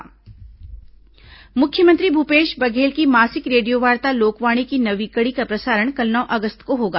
लोकवाणी मुख्यमंत्री भूपेश बघेल की मासिक रेडियोवार्ता लोकवाणी की नौवीं कड़ी का प्रसारण कल नौ अगस्त को होगा